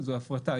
זו הפרטה.